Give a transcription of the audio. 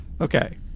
Okay